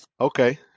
okay